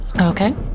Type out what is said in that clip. Okay